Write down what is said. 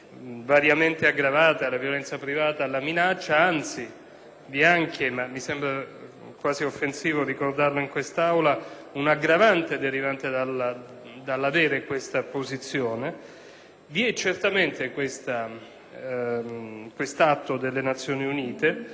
è anche - mi sembra, però, quasi offensivo ricordarlo in quest'Aula - un'aggravante derivante dall'avere questa posizione. Vi è certamente una convenzione delle Nazioni Unite, ma si deve verificare se e fino a che punto